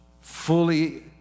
fully